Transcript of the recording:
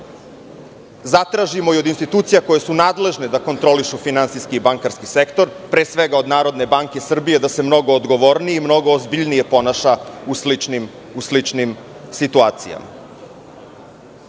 zatražimo i od institucija koje su nadležne da kontrolišu finansijski i bankarski sektor, pre svega od NBS da se mnogo odgovornije i ozbiljnije ponaša u sličnim situacijama. Na